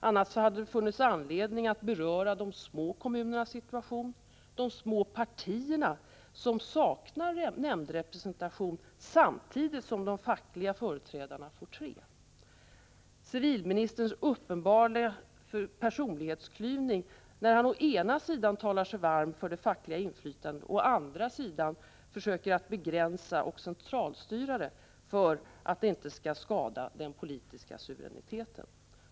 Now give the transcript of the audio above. Annars hade det funnits skäl att beröra de små kommunernas situation, det faktum att de små partierna saknar nämndrepresentation samtidigt som de fackliga företrädarna får tre platser liksom civilministerns uppenbara personlighetsklyvning när han å ena sidan talar sig varm för det fackliga inflytandet och å andra sidan försöker begränsa och centralstyra det för att det inte skall skada den politiska suveräniteten.